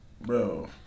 bro